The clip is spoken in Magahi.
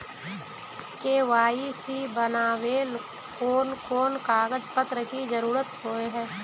के.वाई.सी बनावेल कोन कोन कागज पत्र की जरूरत होय है?